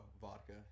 vodka